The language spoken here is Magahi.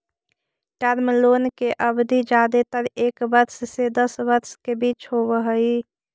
टर्म लोन के अवधि जादेतर एक वर्ष से दस वर्ष के बीच होवऽ हई